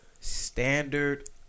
standard